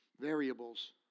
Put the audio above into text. Variables